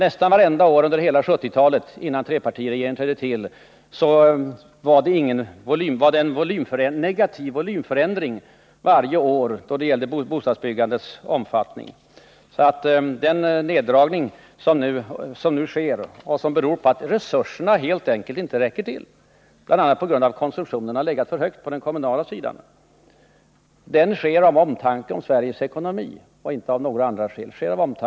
Nästan vartenda år under hela 1970 talet, innan trepartiregeringen trädde till, var det en negativ volymförändring då det gällde bostadsbyggandets omfattning. Den nerdragning som nu sker och som beror på att resurserna helt enkelt inte räcker till — bl.a. på grund av att konsumtionen har legat för högt på den kommunala sidan — görs av omtanke om Sveriges ekonomi och inte av några andra skäl.